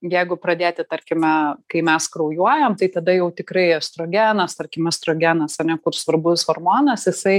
jeigu pradėti tarkime kai mes kraujuojam tai tada jau tikrai estrogenas tarkim estrogenas ane kur svarbus hormonas jisai